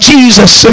Jesus